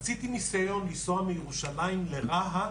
עשיתי ניסיון לנסוע מירושלים לרהט,